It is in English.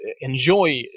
enjoy